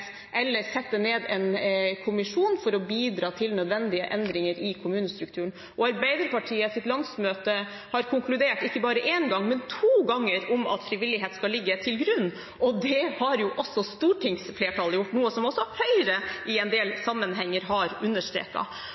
eller sette ned en kommisjon for å bidra til nødvendige endringer i kommunestrukturen. Og Arbeiderpartiets landsmøte har konkludert, ikke bare én gang, men to ganger, med at frivillighet skal ligge til grunn. Det har også stortingsflertallet gjort, noe som Høyre i en del sammenhenger har